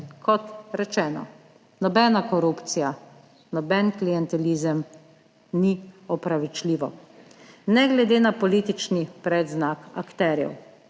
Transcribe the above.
Kot rečeno, nobena korupcija, noben klientelizem ni opravičljivo ne glede na politični predznak akterjev.